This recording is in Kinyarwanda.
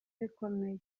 bikomeye